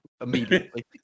immediately